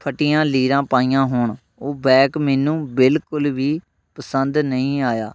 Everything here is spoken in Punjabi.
ਫਟੀਆਂ ਲੀਰਾਂ ਪਾਈਆਂ ਹੋਣ ਉਹ ਬੈਕ ਮੈਨੂੰ ਬਿਲਕੁਲ ਵੀ ਪਸੰਦ ਨਹੀਂ ਆਇਆ